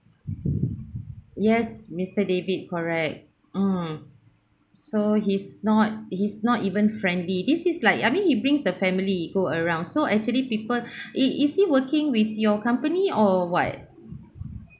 yes mister david correct mm so he's not he's not even friendly this is like I mean he brings the family go around so actually people it is he working with your company or what